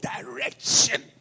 direction